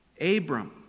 Abram